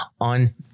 on